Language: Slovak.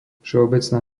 všeobecná